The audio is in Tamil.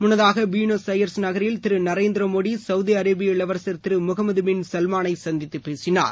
முன்னதாக பியுனஸ் அயர்ஸ் நகரில் திரு நரேந்திர மோடி சவுதி அரேபிய இளவரசர் திரு முகமது பின் சல்மானை சந்தித்துப் பேசினார்